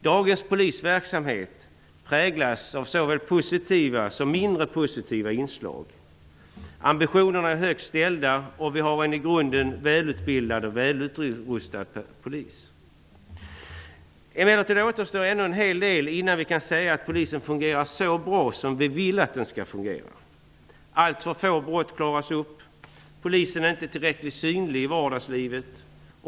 Dagens polisverksamhet präglas av såväl positiva som mindre positiva inslag. Ambitionerna är högt ställda, och vi har en i grunden välutbildad och välutrustad polis. Det återstår emellertid en hel del innan vi kan säga att polisen fungerar så bra som vi vill att den skall fungera. Alltför få brott klaras upp. Polisen är inte tillräckligt synlig i vardagslivet.